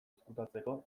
ezkutatzeko